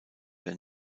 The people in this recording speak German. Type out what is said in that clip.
der